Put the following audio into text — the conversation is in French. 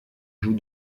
joue